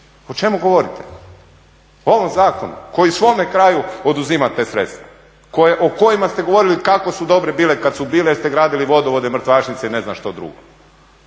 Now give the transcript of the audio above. O čemu govorite? O ovom zakonu kojim svome kraju oduzimate sredstva o kojima ste govorili kako su dobra bila kad su bila jer ste gradili vodovode, mrtvačnice i ne znam što drugo.